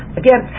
again